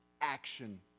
action